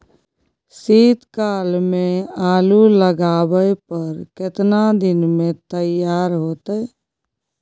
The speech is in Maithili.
शीत काल में आलू लगाबय पर केतना दीन में तैयार होतै?